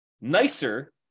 nicer